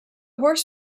horse